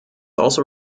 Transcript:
also